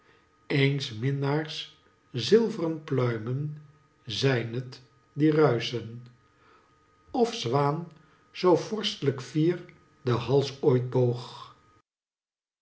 eens minnaars zilverpluimen zijn t die ruischen of zwaan zoo vorstlijk fier den hals ooit boog